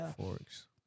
Forks